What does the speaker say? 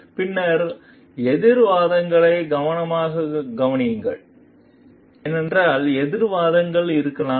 பின்னர் எதிர் வாதங்களை கவனமாகக் கவனியுங்கள் ஏனென்றால் எதிர் வாதங்கள் இருக்கலாம்